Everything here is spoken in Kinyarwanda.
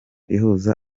ihuza